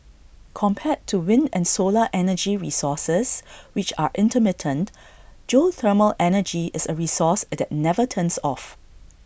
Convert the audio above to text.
compared to wind and solar energy resources which are intermittent geothermal energy is A resource that never turns off